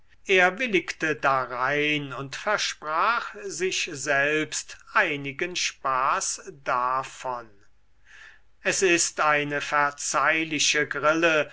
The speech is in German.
er willigte darein und versprach sich selbst einigen spaß davon es ist eine verzeihliche grille